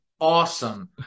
awesome